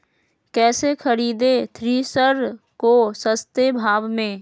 कैसे खरीदे थ्रेसर को सस्ते भाव में?